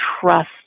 trust